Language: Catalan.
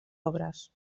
obres